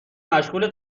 مشغول